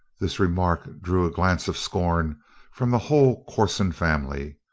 this remark drew a glance of scorn from the whole corson family.